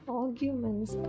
arguments